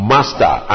Master